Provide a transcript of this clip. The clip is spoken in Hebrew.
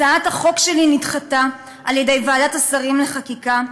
הצעת החוק שלי נדחתה על-ידי ועדת השרים לחקיקה,